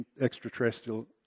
Extraterrestrial